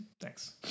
Thanks